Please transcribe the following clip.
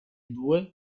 due